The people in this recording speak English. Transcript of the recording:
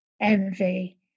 envy